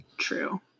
true